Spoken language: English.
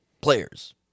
players